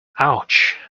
ouch